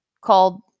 called